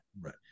Right